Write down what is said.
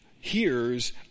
hears